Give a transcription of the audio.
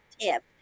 tip